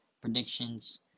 predictions